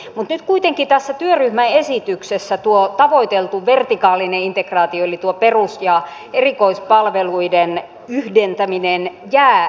mutta nyt kuitenkin tässä työryhmän esityksessä tuo tavoiteltu vertikaalinen integraatio eli tuo perus ja erikoispalveluiden yhdentäminen jää heikoksi